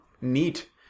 neat